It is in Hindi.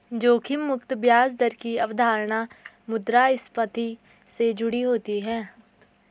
जोखिम मुक्त ब्याज दर की अवधारणा मुद्रास्फति से जुड़ी हुई है